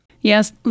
Yes